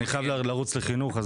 אני חייב לרוץ לוועדת החינוך.